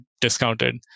discounted